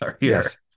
yes